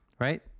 Right